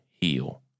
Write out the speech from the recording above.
Heal